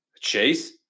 Chase